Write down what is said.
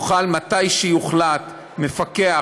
יוכל מתי שיוחלט מפקח,